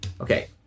Okay